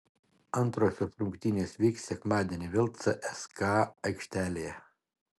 antrosios rungtynės vyks sekmadienį vėl cska aikštelėje